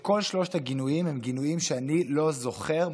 כל שלושת הגינויים הם גינויים שאני לא זוכר,